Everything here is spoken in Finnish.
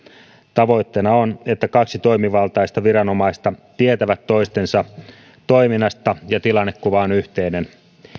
tavoitteena on että kaksi toimivaltaista viranomaista tietävät toistensa toiminnasta ja tilannekuva on yhteinen